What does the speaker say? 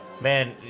man